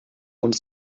uns